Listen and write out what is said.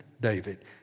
David